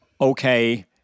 okay